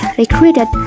recruited